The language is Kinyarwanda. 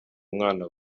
umwana